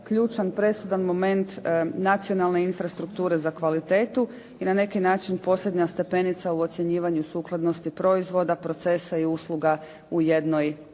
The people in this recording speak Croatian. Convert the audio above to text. ključan, presudan moment nacionalne infrastrukture za kvalitetu i na neki način posljednja stepenica u ocjenjivanju sukladnosti proizvoda, procesa i usluga u jednoj